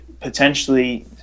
potentially